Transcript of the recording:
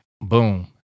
boom